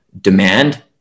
demand